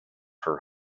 her